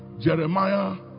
Jeremiah